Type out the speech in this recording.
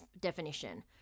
definition